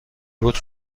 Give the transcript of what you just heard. روت